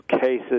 cases